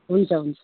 हुन्छ हुन्छ